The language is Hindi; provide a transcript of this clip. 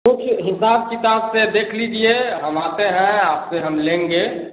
तो फिर हिसाब किताब से देख लीजिए हम आते हैं आपसे हम लेंगे